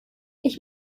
ich